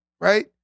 right